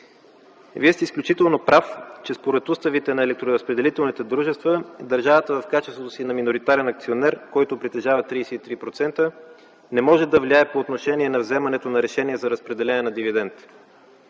Вие сте изключително прав, че според уставите на електроразпределителните дружества държавата в качеството си на миноритарен акционер, който притежава 33%, не може да влияе по отношение на вземането на решение за разпределение на дивиденти.